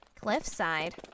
Cliffside